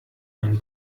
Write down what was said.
ein